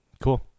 Cool